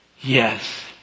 Yes